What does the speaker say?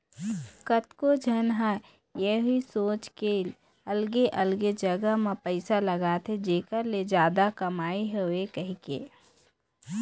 कतको झन ह यहूँ सोच के अलगे अलगे जगा म पइसा लगाथे जेखर ले जादा कमई होवय कहिके